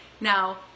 Now